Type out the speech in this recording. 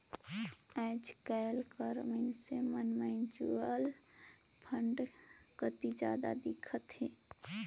आएज काएल कर मइनसे मन म्युचुअल फंड कती जात दिखत अहें